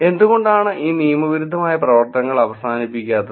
എന്തുകൊണ്ടാണ് ഈ നിയമവിരുദ്ധമായ പ്രവർത്തനങ്ങൾ അവസാനിപ്പിക്കാത്തത്